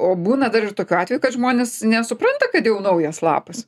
o būna dar ir tokių atvejų kad žmonės nesupranta kad jau naujas lapas